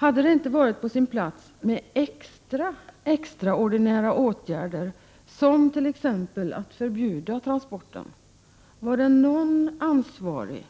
Hade det inte varit på sin plats med extra extraordinära åtgärder, som t.ex. att förbjuda transporten? Var det någon ansvarig